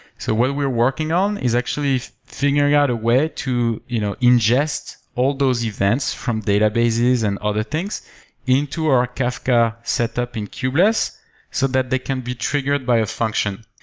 so what we're working on is actually figuring out a way to you know ingest all those events from databases and other things into our kafka set up in kubeless so that they can be triggered by a function.